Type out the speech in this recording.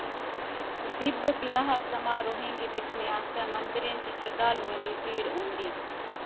दिब्ब ब्याह् समारोहें गी दिक्खने आस्तै मंदिरें च शरधालुएं दी भीड़ उमड़ी